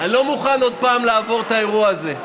אני לא מוכן עוד פעם לעבור את האירוע הזה.